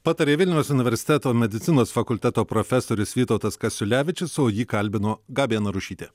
patarė vilniaus universiteto medicinos fakulteto profesorius vytautas kasiulevičius o jį kalbino gabija narušytė